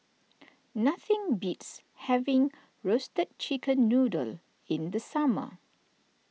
nothing beats having Roasted Chicken Noodle in the summer